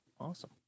Awesome